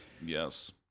Yes